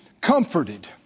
comforted